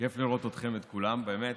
כיף לראות אתכם, את כולם, באמת.